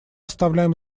оставляем